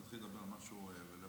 מתחיל לדבר על משהו רלוונטי.